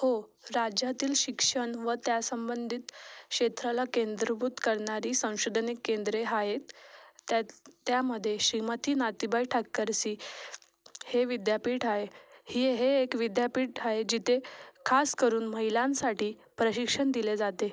हो राज्यातील शिक्षण व त्यासंबंधित क्षेत्राला केंद्रभूत करणारी संशोधने केंद्रे आहेत त्यात त्यामध्ये श्रीमती नाथीबाई ठक्करसी हे विद्यापीठ आहे हे हे एक विद्यापीठ आहे जिथे खास करून महिलांसाठी प्रशिक्षण दिले जाते